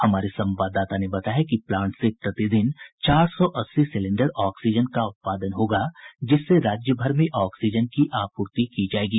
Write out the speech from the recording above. हमारे संवाददाता ने बताया है कि प्लांट से प्रतिदिन चार सौ अस्सी सिलेंडर ऑक्सीजन का उत्पादन होगा जिससे राज्य भर में ऑक्सीजन की आपूर्ति की जायेगी